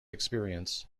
experience